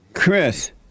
Chris